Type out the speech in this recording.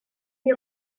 est